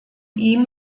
ihm